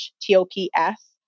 T-O-P-S